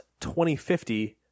2050